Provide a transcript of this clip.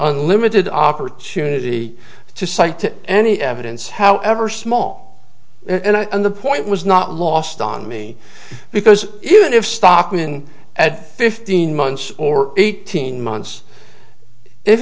unlimited opportunity to cite to any evidence however small and on the point was not lost on me because even if stockman at fifteen months or eighteen months if